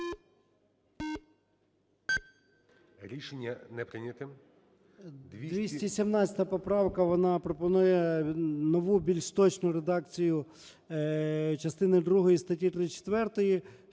Рішення не прийнято.